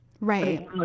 Right